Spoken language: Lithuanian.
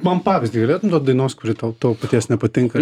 man pavyzdį galėtum dainos kuri tau tavo paties nepatinka